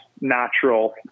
natural